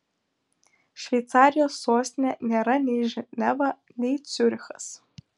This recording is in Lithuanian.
šveicarijos sostinė nėra nei ženeva nei ciurichas